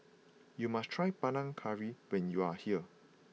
you must try Panang Curry when you are here